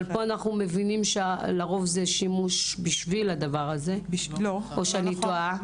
אבל פה אנחנו מבינים שלרוב זה שימוש בשביל הדבר הזה או שאני טועה.